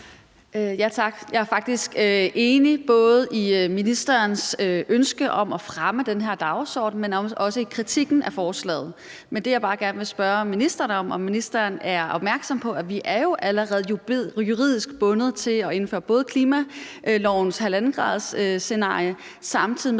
Jeg er faktisk enig både i ministerens ønske om at fremme den her dagsorden, men også i kritikken af forslaget. Men det, jeg bare gerne vil spørge ministeren om, er, om ministeren er opmærksom på, at vi jo allerede er juridisk bundet til at indføre klimalovens 1,5-gradersscenarie, samtidig med